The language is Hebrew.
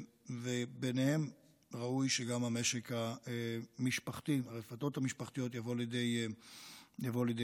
וביניהן ראוי שגם הרפתות המשפחתיות יבואו לידי ביטוי.